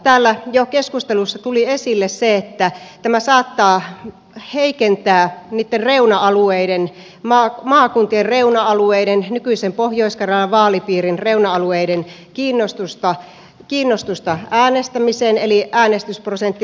täällä jo keskustelussa tuli esille se että tämä saattaa heikentää niitten reuna alueiden maakuntien reuna alueiden nykyisen pohjois karjalan vaalipiirin reuna alueiden kiinnostusta äänestämiseen eli äänestysprosentti laskisi